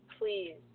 please